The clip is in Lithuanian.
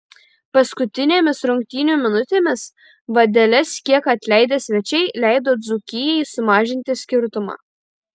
paskutinėmis rungtynių minutėmis vadeles kiek atleidę svečiai leido dzūkijai sumažinti skirtumą